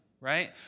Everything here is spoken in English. Right